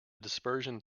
dispersion